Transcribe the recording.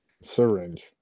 Syringe